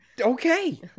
Okay